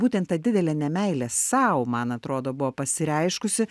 būtent ta didelė nemeilė sau man atrodo buvo pasireiškusi